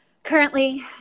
Currently